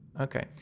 Okay